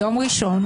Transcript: יום ראשון,